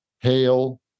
hail